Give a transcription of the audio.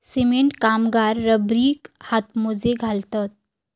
cement कामगार रबरी हातमोजे घालतत